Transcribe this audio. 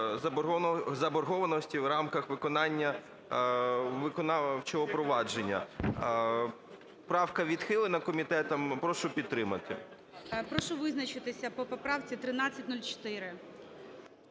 заборгованості в рамках виконання виконавчого впровадження. Правка відхилена комітетом, прошу підтримати. ГОЛОВУЮЧИЙ. Прошу визначитися по поправці 1304.